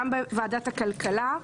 גם בוועדת הכלכלה.